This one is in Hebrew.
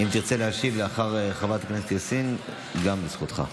אם תרצה להשיב לאחר חברת הכנסת יאסין, זכותך.